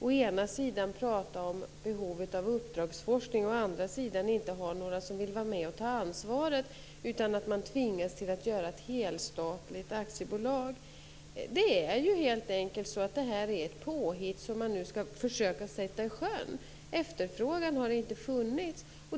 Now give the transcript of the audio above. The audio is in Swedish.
Å ena sidan talar man om behovet av uppdragsforskning och å andra sidan inte ha några som vill ta ansvaret, utan man tvingas att göra ett helstatligt aktiebolag. Det är helt enkelt så att detta är ett påhitt som man nu skall försöka sätta i sjön. Efterfrågan har inte funnits.